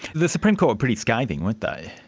the supreme court were pretty scathing, weren't they.